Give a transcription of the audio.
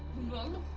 no.